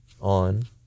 on